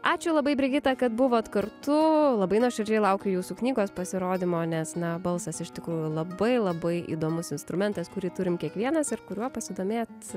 ačiū labai brigita kad buvot kartu labai nuoširdžiai laukiu jūsų knygos pasirodymo nes na balsas iš tikrųjų labai labai įdomus instrumentas kurį turim kiekvienas ir kuriuo pasidomėt